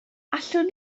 allwn